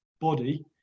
body